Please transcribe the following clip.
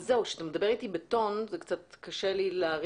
כשאתה מדבר אתי בטון, זה קצת קשה לי להעריך.